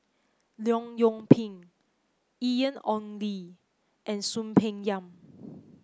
Leong Yoon Pin Ian Ong Li and Soon Peng Yam